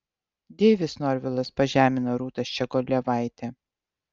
deivis norvilas pažemino rūtą ščiogolevaitę